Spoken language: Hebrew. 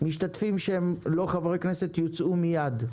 משתתפים שהם לא חברי כנסת יוצאו מיד.